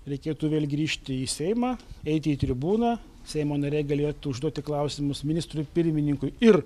reikėtų vėl grįžti į seimą eiti į tribūną seimo nariai galėtų užduoti klausimus ministrui pirmininkui ir